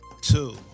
Two